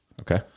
okay